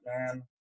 man